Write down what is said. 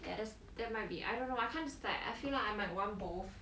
ya that's that might be I don't know I can't decide I feel like I might want both